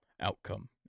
outcome